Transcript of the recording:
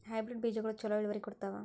Hybrid ಬೇಜಗೊಳು ಛಲೋ ಇಳುವರಿ ಕೊಡ್ತಾವ?